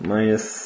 Minus